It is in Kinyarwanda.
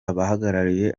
abahagarariye